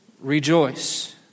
rejoice